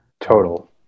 Total